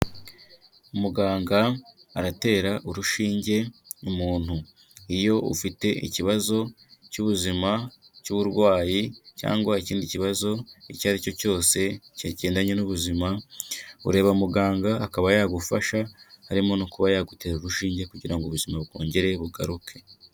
Muganga aratera urushinge umuntu. Iyo ufite ikibazo cy'ubuzima cy'uburwayi cyangwa ikindi kibazo icyo ari cyo cyose, kigendanye n'ubuzima, ureba muganga akaba yagufasha, harimo no kuba yagutera urushinge kugira ngo ubuzima bwongere bugaruke.